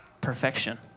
Perfection